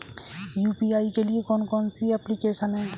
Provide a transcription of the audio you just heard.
UPI के लिए कौन कौन सी एप्लिकेशन हैं?